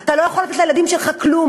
אתה לא יכול לתת לילדים שלך כלום.